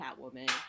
Catwoman